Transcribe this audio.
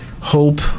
hope